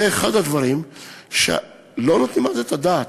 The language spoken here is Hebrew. זה אחד הדברים שלא ניתנה עליו הדעת.